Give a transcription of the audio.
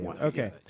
Okay